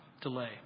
delay